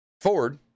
Ford